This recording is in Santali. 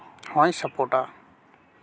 ᱦᱚᱸᱭ ᱥᱟᱯᱳᱴᱟ